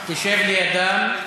תשב לידם.